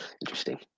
interesting